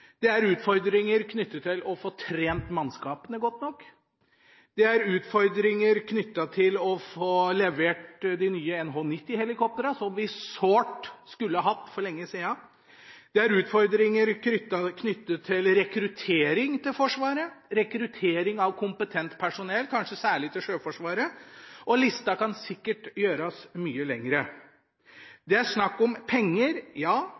Det er utfordringer knyttet til å få trent mannskapene godt nok. Det er utfordringer knyttet til å få levert de nye NH90-helikoptrene, som vi sårt skulle hatt for lenge sida. Det er utfordringer knyttet til rekruttering til Forsvaret, rekruttering av kompetent personell, kanskje særlig til Sjøforsvaret. Lista kan sikkert gjøres mye lengre. Det er snakk om penger, ja.